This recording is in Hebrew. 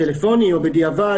טלפוני או בדיעבד,